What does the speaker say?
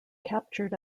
captured